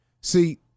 See